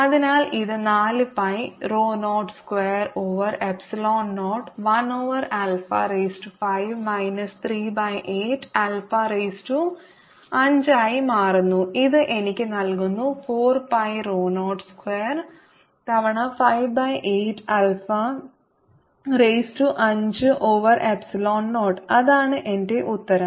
അതിനാൽ ഇത് 4 pi rho 0 square over epsilon 0 1 over alpha raise to 5 minus 38 alpha raise to 5 ആയി മാറുന്നു ഇത് എനിക്ക് നൽകുന്നു 4 pi rho 0 സ്ക്വയർ തവണ 58 alpha raise to 5 over epsilon 0 അതാണ് എന്റെ ഉത്തരം